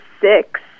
six